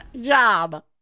job